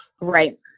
Right